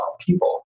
people